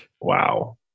wow